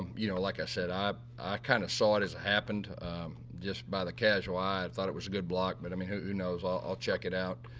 you know, like i said, i kind of saw it as happened by the casual eye i thought it was a good block, but i mean, who knows i'll check it out.